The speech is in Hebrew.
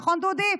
נכון, דודי?